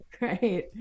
right